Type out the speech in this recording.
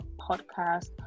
Podcast